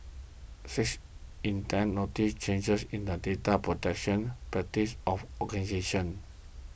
six in ten noticed changes in the data protection practices of organisations